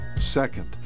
Second